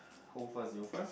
who first you first